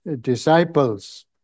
disciples